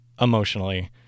emotionally